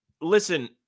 listen